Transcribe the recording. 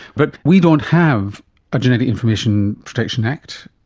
but we don't have a genetic information protection act.